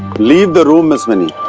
leave the room, ms. mini.